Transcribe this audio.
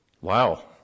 Wow